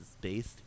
based